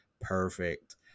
Perfect